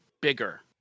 bigger